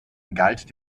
galt